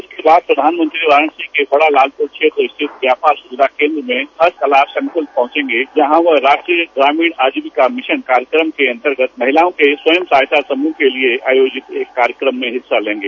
इसके बाद प्रधानमंत्री वाराणसी के बड़ा लालपुर क्षेत्र स्थित व्यापार सुविधा केन्द्र में हर कला संकुशल पहुंचेंगे जहां वह राष्ट्रीय ग्रामीण आजीविका मिशन कार्यक्रम के अन्तर्गत महिलाओं के स्वंय सहायता समूह के लिये आयोजित एक कार्यक्रम में हिस्सा लेंगे